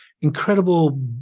incredible